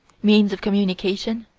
means of communication